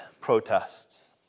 protests